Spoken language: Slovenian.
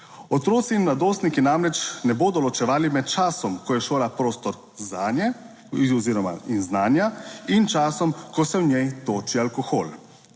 Otroci in mladostniki namreč ne bodo ločevali med časom, ko je šola prostor zanje oziroma in znanja, in časom, ko se v njej toči alkohol.